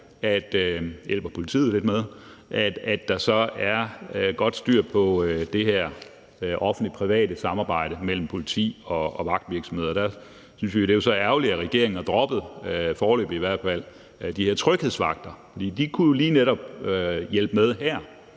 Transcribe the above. skal der være godt styr på det her offentligt-private samarbejde mellem politi og vagtvirksomheder. Vi synes, det så er ærgerligt, at regeringen foreløbig i hvert fald har droppet de her tryghedsvagter, for de kunne jo lige netop hjælpe med her,